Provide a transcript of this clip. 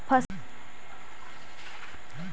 फसल के तेजी से बढ़ाबे ला का करि?